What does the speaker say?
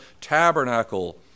tabernacle